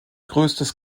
größtes